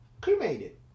cremated